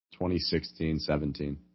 2016-17